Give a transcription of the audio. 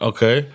Okay